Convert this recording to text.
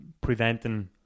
preventing